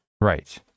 right